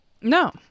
No